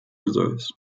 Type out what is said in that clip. reserves